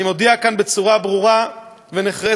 אני מודיע כאן בצורה ברורה ונחרצת: